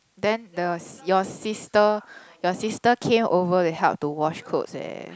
then the s~ your sister your sister came over to help to wash clothes eh